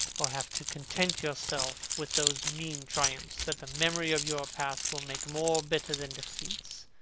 or have to content yourself with those mean triumphs that the memory of your past will make more bitter than defeats.